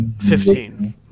fifteen